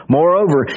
Moreover